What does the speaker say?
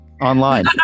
online